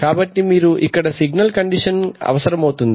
కాబట్టి మీకు ఇక్కడ సిగ్నల్ కండిషనింగ్ అనేది అవసరమవుతుంది